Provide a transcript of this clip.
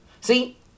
See